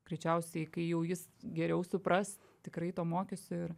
greičiausiai kai jau jis geriau supras tikrai to mokysiu ir